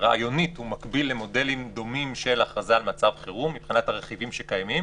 רעיונית למודלים דומים של הכרזה על מצב חירום מבחינת הרכיבים שקיימים.